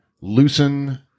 loosen